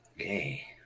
okay